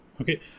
okay